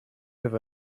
over